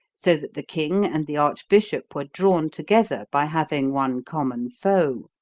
so that the king and the archbishop were drawn together by having one common foe.